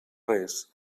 res